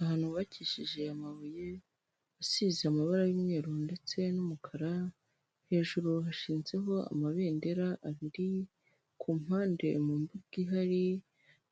Ahantu bubakishije amabuye asize amabara y'umweru ndetse n'umukara, hejuru hashizeho amabendera abiri, ku mpande mu mbuga ihari